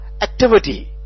activity